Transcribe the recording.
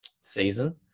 season